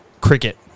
cricket